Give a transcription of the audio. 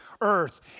Earth